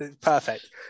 perfect